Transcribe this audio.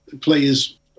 players